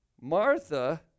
Martha